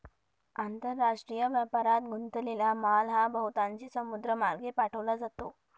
आंतरराष्ट्रीय व्यापारात गुंतलेला माल हा बहुतांशी समुद्रमार्गे पाठवला जातो